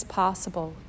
possible